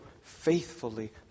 faithfully